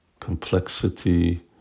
complexity